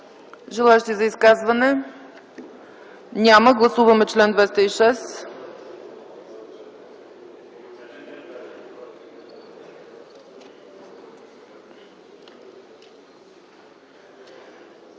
Желаещи за изказване? Няма. Гласуваме чл. 206.